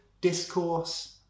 discourse